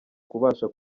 kubasha